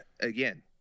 again